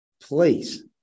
please